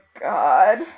god